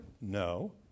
No